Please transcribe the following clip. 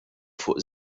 fuq